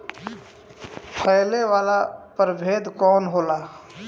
फैले वाला प्रभेद कौन होला?